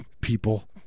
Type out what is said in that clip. people